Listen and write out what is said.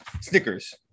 Snickers